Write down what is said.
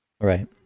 Right